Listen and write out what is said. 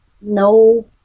No